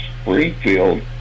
Springfield